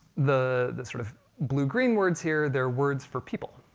the sort of blue-green words here, they're words for people.